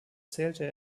zählte